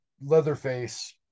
Leatherface